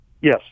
Yes